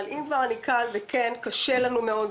אבל אם כבר אני כאן, אכן קשה לנו מאוד.